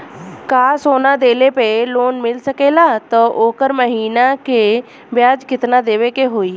का सोना देले पे लोन मिल सकेला त ओकर महीना के ब्याज कितनादेवे के होई?